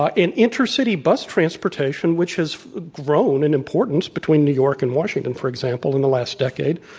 ah in intercity bus transportation, which has grown in importance between new york and washington, for example, in the last decade,